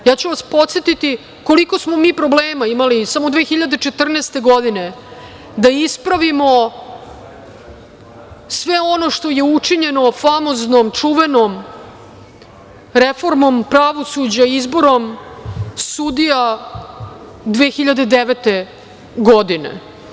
Podsetiću vas koliko smo mi problema imali samo 2014. godine, da ispravimo sve ono što je učinjeno famoznom, čuvenom reformom pravosuđa izborom sudija 2009. godine.